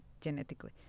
genetically